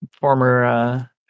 Former